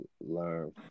learn